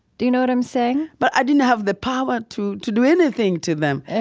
do you know what i'm saying? but i didn't have the power to to do anything to them.